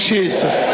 Jesus